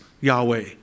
Yahweh